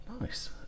Nice